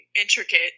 intricate